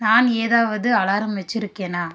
நான் ஏதாவது அலாரம் வச்சுருக்கேனா